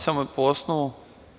Samo po kom osnovu?